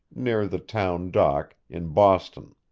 near the town dock, in boston.